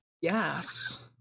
Yes